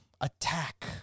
Attack